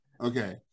Okay